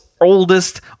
oldest